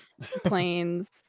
planes